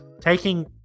taking